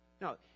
No